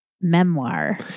memoir